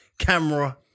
Camera